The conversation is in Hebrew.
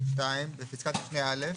(2)בפסקת משנה (א),